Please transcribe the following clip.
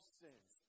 sins